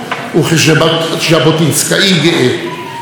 אני ציוני בכל רמ"ח איבריי,